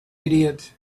idiot